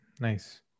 Nice